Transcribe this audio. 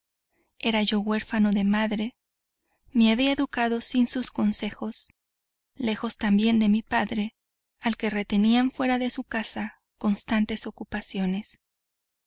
era yo huérfano de madre me había educado sin sus consejos lejos también de mi padre al que retenían fuera de su casa constantes ocupaciones